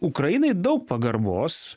ukrainai daug pagarbos